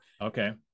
okay